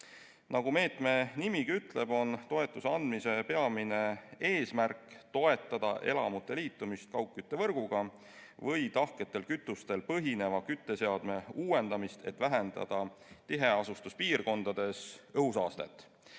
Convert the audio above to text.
Nagu meetme nimigi ütleb, on toetuse andmise peamine eesmärk toetada elamute liitumist kaugküttevõrguga või tahketel kütustel põhineva kütteseadme uuendamist, et vähendada tiheasustuspiirkondades õhusaastet.